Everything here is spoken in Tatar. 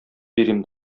бирим